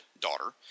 daughter